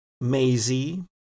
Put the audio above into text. Maisie